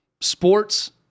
Sports